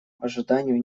ожиданию